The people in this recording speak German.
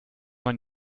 man